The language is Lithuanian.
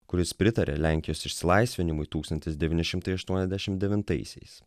kuris pritarė lenkijos išsilaisvinimui tūkstantis devyni šimtai aštuoniasdešim devintaisiais